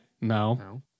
No